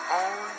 own